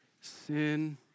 sin